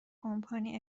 کمپانی